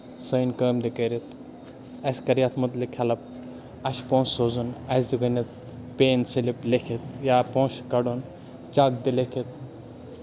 سٲنۍ کٲم دِ کٔرِتھ اَسہِ کر یَتھ مُتعلِق ہیلپ اَسہِ چھُ پونسہٕ سوزُن اَسہِ دِ گۄڈنٮ۪تھ پے اِن سِلپ لیکھِتھ یا پونسہٕ چھُ کَڑُن چک دِ لیکھِتھ